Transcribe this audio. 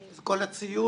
אז כל הציוד,